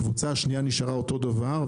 הקבוצה השנייה נשארה אותו דבר.